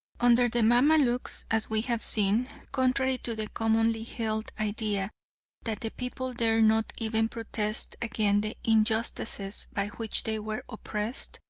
under the mamaluks, as we have seen, contrary to the commonly held idea that the people dare not even protest against the injustices by which they were oppressed,